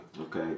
Okay